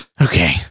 Okay